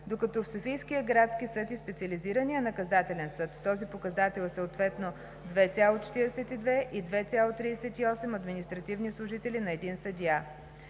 докато в Софийския градски съд и Специализирания наказателен съд този показател е съответно 2,42 и 2,38 административни служители на един съдия.